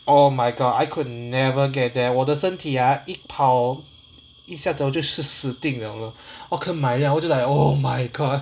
oh my god I could never get there 我的身体 ah 一跑一下子我就死定了了 oh my god